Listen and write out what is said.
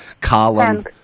column